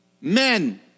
Men